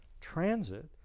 transit